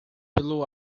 pelo